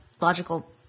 logical